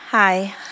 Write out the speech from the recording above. Hi